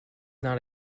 not